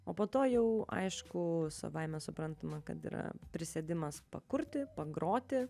o po to jau aišku savaime suprantama kad yra prisėdimas pakurti pagroti